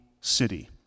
city